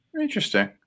interesting